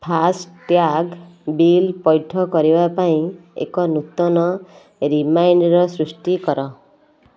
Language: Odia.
ଫାସ୍ଟ୍ୟାଗ୍ ବିଲ୍ ପୈଠ କରିବା ପାଇଁ ଏକ ନୂତନ ରିମାଇଣ୍ଡର୍ ସୃଷ୍ଟି କର